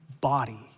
body